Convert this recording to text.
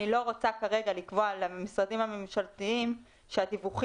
אני לא רוצה כרגע לקבוע למשרדים הממשלתיים שהדיווחים